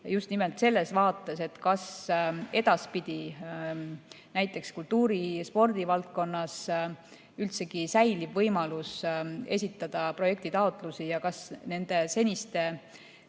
just nimelt selles vaates, kas edaspidi näiteks kultuuri‑ ja spordivaldkonnas üldsegi säilib võimalus esitada projektitaotlusi ja kas nende seniste, ütleme,